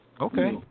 okay